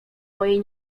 mojej